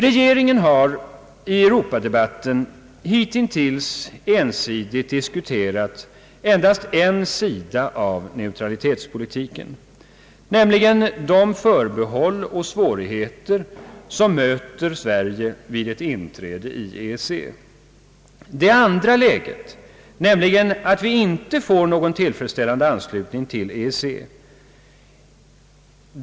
Regeringen har i Europa-debatten hitintills ensidigt diskuterat endast en sida av neutralitetspolitiken, nämligen de förbehåll och svårigheter som möter Sverige vid ett inträde i EEC. Det finns också ett andra led. Jag tänker på den situationen att vi inte får någon tillfredsställande anslutning till EEC.